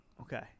Okay